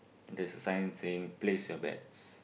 there's a sign saying place your bets